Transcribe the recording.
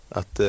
att